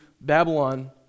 Babylon